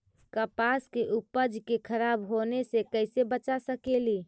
कपास के उपज के खराब होने से कैसे बचा सकेली?